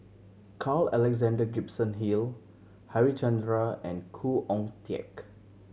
Carl Alexander Gibson Hill Harichandra and Khoo Oon Teik